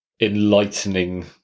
enlightening